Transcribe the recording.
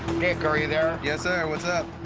nick, are you there? yes sir, what's up?